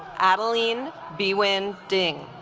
adaline b wins ding